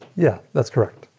yeah, that's correct.